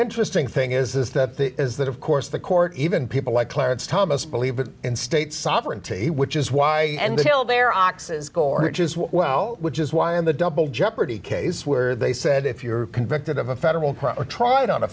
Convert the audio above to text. interesting thing is that is that of course the court even people like clarence thomas believe in state sovereignty which is why and they tell their ox is gored as well which is why in the double jeopardy case where they said if you're convicted of a federal property tried on a